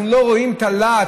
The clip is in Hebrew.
אנחנו לא רואים את הלהט,